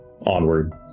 onward